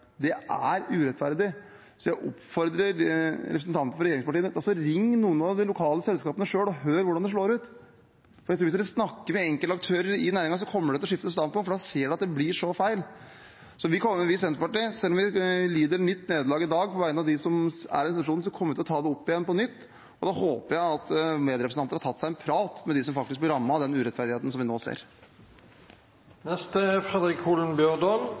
Det er urettferdig. Så jeg oppfordrer representantene for regjeringspartiene til selv å ringe noen av de lokale selskapene og høre hvordan det slår ut. Jeg tror at hvis de snakker med enkeltaktører i næringen, kommer de til å skifte standpunkt, for da ser de at det blir feil. Vi i Senterpartiet, selv om vi i dag lider et nytt nederlag på vegne av dem som er i denne situasjonen, kommer til å ta det opp igjen på nytt, og da håper jeg at medrepresentanter har tatt seg en prat med dem som faktisk blir rammet av den urettferdigheten vi nå